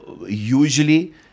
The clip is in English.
Usually